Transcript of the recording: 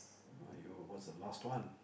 !aiyo! what's the last one